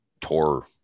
tore